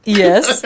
yes